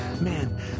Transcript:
Man